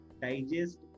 digest